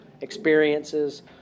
experiences